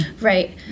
Right